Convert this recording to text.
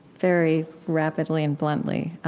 very rapidly and bluntly.